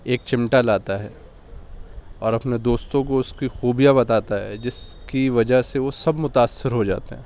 ایک چمٹا لاتا ہے اور اپنا دوستوں کو اس کی خوبیاں بتاتا ہے جس کی وجہ سے وہ سب متأثر ہو جاتے ہیں